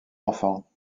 enfant